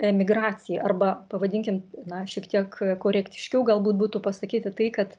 emigracijai arba pavadinkim na šiek tiek korektiškiau galbūt būtų pasakyti tai kad